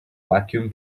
vacuum